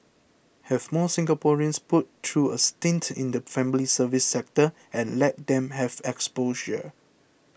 have more Singaporeans put through a stint in the family service sector and let them have exposure